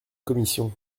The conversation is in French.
commission